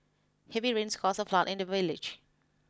heavy rains caused a flood in the village